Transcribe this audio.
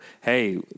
hey